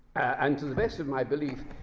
and to the best of my belief,